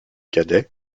cadet